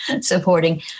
supporting